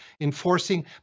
enforcing